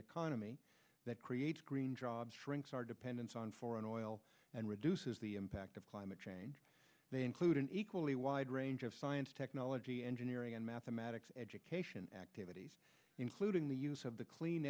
economy that creates green jobs shrinks our dependence on foreign oil and reduces the impact of climate change they include an equally wide range of science technology engineering and mathematics education activities including the use of the clean